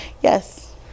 Yes